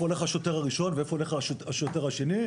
הולך השוטר הראשון ואיפה הולך השוטר השני,